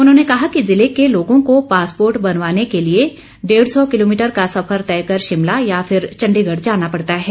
उन्होंने कहा कि जिले के लोगों को पासपोर्ट बनवाने के लिए डेढ़ सौ किलोमीटर का सफर तय कर शिमला या फिर चण्डीगढ़ जाना पड़ता है